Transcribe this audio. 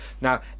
Now